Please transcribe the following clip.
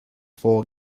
four